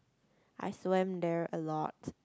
I swam there a lot